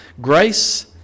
grace